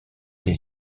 des